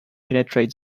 penetrate